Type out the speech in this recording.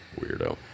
Weirdo